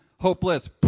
hopeless